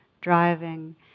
driving